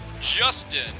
Justin